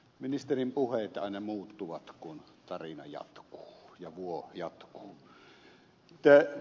ministerin puheet aina muuttuvat kun tarina jatkuu ja vuo jatkuu